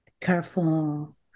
careful